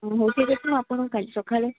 ଆପଣ କାଲି ସକାଳେ